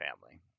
family